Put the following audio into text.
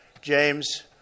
James